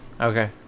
Okay